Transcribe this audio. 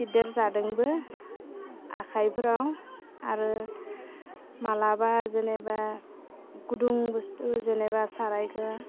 सिरदाव जादोंबो आखाइफ्राव आरो मालाबा जेनेबा गुदुं बुस्थु जेनेबा साराइखौ